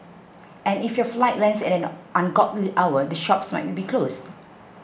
and if your flight lands at an ungodly hour the shops might be closed